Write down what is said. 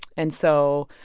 and so,